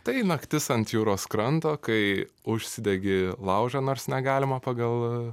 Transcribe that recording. tai naktis ant jūros kranto kai užsidegi laužą nors negalima pagal